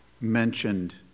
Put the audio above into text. mentioned